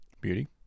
beauty